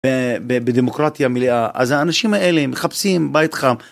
בדמוקרטיה מלאה. אז האנשים האלה מחפשים בית חם